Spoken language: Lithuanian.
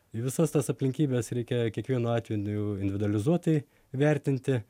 į visas tas aplinkybes reikia kiekvienu atveju indi individualizuotai vertinti